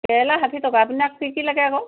কেৰেলা ষাঠী টকা আপোনাক কি কি লাগে আকৌ